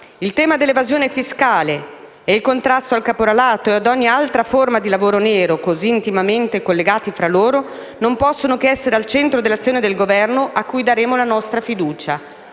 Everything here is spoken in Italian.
Il tema dell'evasione fiscale, del contrasto al caporalato e ad ogni altra forma di lavoro nero, così intimamente collegati tra loro, non possono che essere al centro dell'azione del Governo a cui daremo la nostra fiducia.